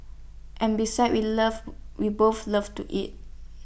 and besides we love we both love to eat